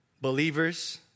Believers